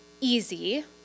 easy